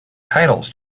titles